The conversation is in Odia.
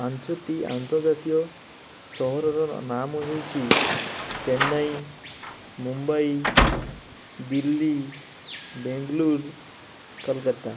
ପାଞ୍ଚଟି ଆନ୍ତର୍ଜାତୀୟ ସହରର ନାମ ହେଉଛି ଚେନ୍ନାଇ ମୁମ୍ବାଇ ଦିଲ୍ଲୀ ବେଙ୍ଗଲୋର କୋଲକାତା